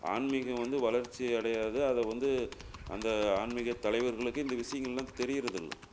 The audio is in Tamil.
ஆன்மீகம் வந்து வளர்ச்சி அடையாது அது வந்து அந்த ஆன்மீகத் தலைவர்களுக்கே இந்த விஷயங்கள்லாம் தெரியுறது இல்லை